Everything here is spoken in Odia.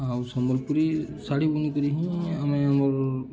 ଆଉ ସମ୍ବଲପୁରୀ ଶାଢ଼ୀ ବୁନିିକରି ହିଁ ଆମେ ଆମର